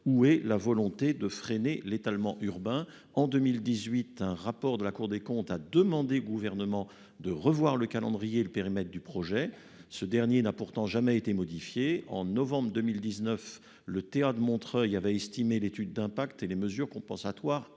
où est la volonté de freiner l'étalement urbain en 2018, un rapport de la Cour des comptes à demander au gouvernement de revoir le calendrier, le périmètre du projet, ce dernier n'a pourtant jamais été modifiée en novembre 2019 le TA de Montreuil avait estimé l'étude d'impact et les mesures compensatoires